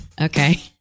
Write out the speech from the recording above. Okay